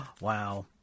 Wow